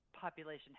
population